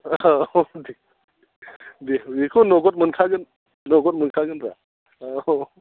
औ बेखौ नोगोद मोनखागोन नोगोद मोनखागोनब्रा औ